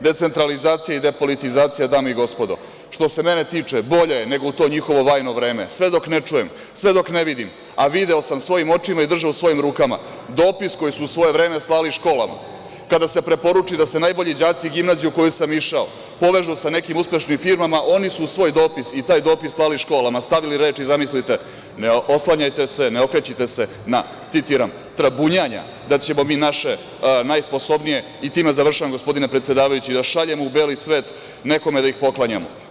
Decentralizacija i depolitizacija, dame i gospodo, što se mene tiče, bolja je nego u to njihovo vajno vreme, sve dok ne čujem, sve dok ne vidim, a video sam svojim očima i držao u svojim rukama dopis koji su u svoje vreme slali školama, kada se preporuči da se najbolji đaci gimnazije u koju sam išao povežu sa nekim uspešnim firmama, oni su svoj dopis i taj dopis slali školama, a stavili reči, zamislite, ne oslanjajte se, ne okrećite se na, citiram, trabunjanja da ćemo mi naše najsposobnije, i time završavam, gospodine predsedavajući, da šaljemo u beli svet, nekome da ih poklanjamo.